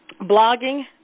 Blogging